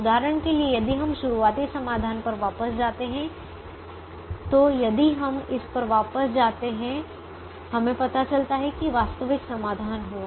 उदाहरण के लिए यदि हम शुरुआती समाधान पर वापस जाते हैं तो यदि हम इस पर वापस जाते हैं संदर्भ समय 1738 हमें पता चलता है कि वास्तविक समाधान हुआ